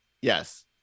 Yes